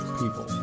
people